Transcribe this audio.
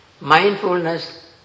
Mindfulness